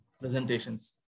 presentations